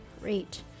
great